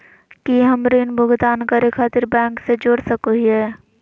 की हम ऋण भुगतान करे खातिर बैंक से जोड़ सको हियै?